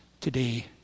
today